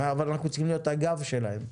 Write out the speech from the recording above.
אבל אנחנו צריכים להיות הגב שלהם.